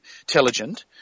intelligent